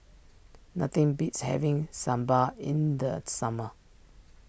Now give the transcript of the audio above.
nothing beats having Sambar in the summer